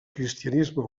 cristianisme